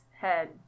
head